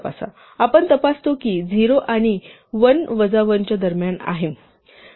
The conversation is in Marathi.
आपण तपासतो की ते 0 आणि l वजा 1 च्या दरम्यान आहे